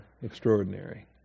extraordinary